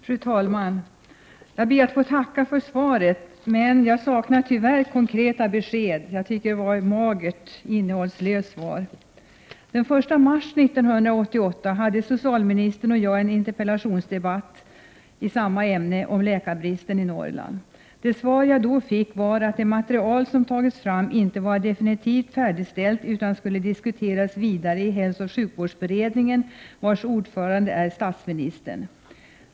Fru talman! Jag ber att få tacka för svaret. Tyvärr saknar jag konkreta besked, och jag tycker svaret är magert och innehållslöst. Den 1 mars 1988 hade socialministern och jag en interpellationsdebatt om läkarbristen i Norrland, dvs. i samma ärende. Det svar jag då fick var att det material som tagits fram inte var definitivt färdigställt utan skulle diskuteras vidare i hälsooch sjukvårdsberedningen, vars ordförande är statsministern.